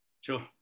Sure